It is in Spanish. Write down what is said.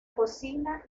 cocina